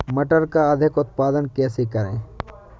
मटर का अधिक उत्पादन कैसे करें?